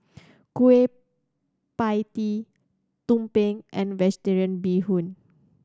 Kueh Pie Tee Tumpeng and Vegetarian Bee Hoon